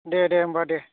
दे दे होमबा दे